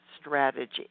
Strategy